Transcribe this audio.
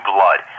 Blood